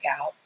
out